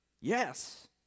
yes